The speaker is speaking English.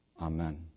Amen